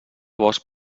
bosc